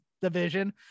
division